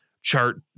chart